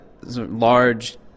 large